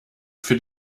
für